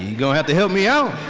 you're going to have to help me out.